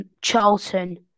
Charlton